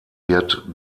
wird